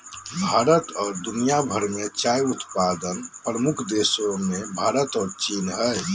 भारत और दुनिया भर में चाय उत्पादन प्रमुख देशों मेंभारत और चीन हइ